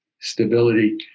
stability